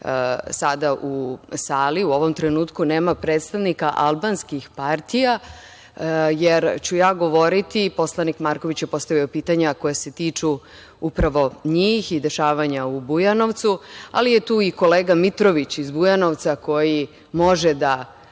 sada u sali. U ovom trenutku nema predstavnika albanskih partija. Poslanik Marković je postavio pitanja koja se tiču upravo njih i dešavanja u Bujanovcu, ali je tu kolega Mitrović iz Bujanovca koji može da